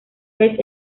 vez